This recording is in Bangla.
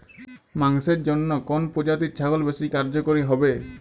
মাংসের জন্য কোন প্রজাতির ছাগল বেশি কার্যকরী হবে?